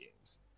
games